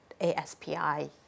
ASPI